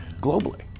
globally